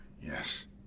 Yes